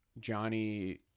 Johnny